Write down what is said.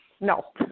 No